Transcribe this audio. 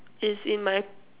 it's in my